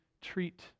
treat